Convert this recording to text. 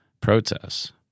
protests